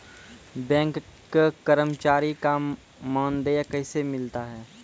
Bank कर्मचारी का मानदेय कैसे मिलता हैं?